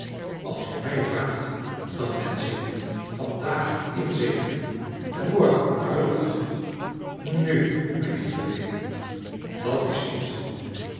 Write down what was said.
als u mij vraagt dan wensch ik vandaag het inzegenen en morgen de bruiloft nu mijn lieve lewin dat is onzin